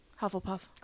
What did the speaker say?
Hufflepuff